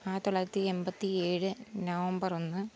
ആയിരത്തി തൊള്ളായിരത്തി എണ്പത്തി ഏഴ് നവംബർ ഒന്ന്